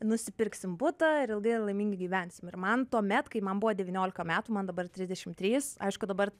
nusipirksim butą ir ilgai ir laimingai gyvensim ir man tuomet kai man buvo devyniolika metų man dabar trisdešim trys aišku dabar